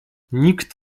nikt